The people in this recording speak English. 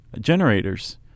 generators